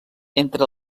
entre